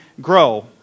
grow